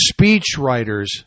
speechwriters